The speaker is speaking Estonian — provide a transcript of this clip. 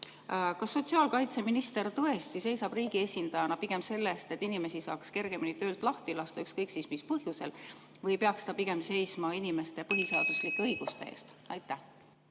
Kas sotsiaalkaitseminister tõesti seisab riigi esindajana pigem selle eest, et inimesi saaks kergemini töölt lahti lasta, ükskõik mis põhjusel, või peaks ta pigem seisma inimeste põhiseaduslike õiguste eest? Aitäh